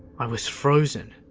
i was frozen.